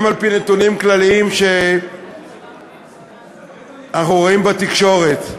גם על-פי נתונים כלליים שאנחנו רואים בתקשורת,